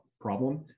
problem